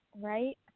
right